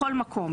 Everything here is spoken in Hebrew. בכל מקום,